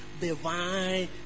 divine